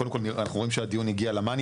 קודם כל אנחנו רואים שהדיון הגיע ל-money